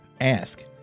Ask